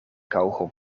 kauwgom